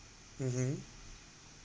mmhmm